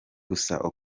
gusa